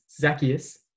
Zacchaeus